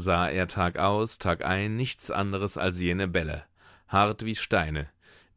sah er tagaus tagein nichts anderes als jene bälle hart wie steine